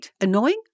Annoying